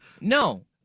no